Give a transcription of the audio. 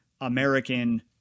American